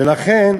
ולכן,